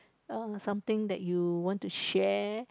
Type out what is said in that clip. uh something that you want to share